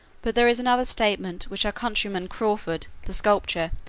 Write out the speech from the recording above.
but there is another statement which our countryman crawford, the sculptor,